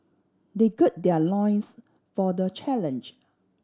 they gird their loins for the challenge